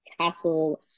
Castle